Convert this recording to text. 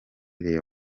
real